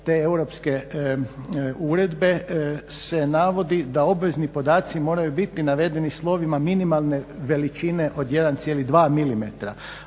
te Europske uredbe se navodi da obavezni podaci moraju biti navedeni slovima minimalne veličine od 1,2 milimetra.